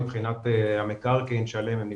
מבחינת המקרקעין שעליהם הם נמצאים,